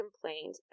complained